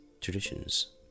traditions